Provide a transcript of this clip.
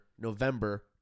november